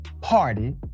Party